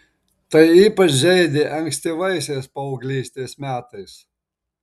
tai ypač žeidė ankstyvaisiais paauglystės metais